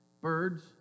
birds